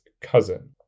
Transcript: cousin